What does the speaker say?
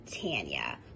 Tanya